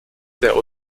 der